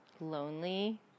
lonely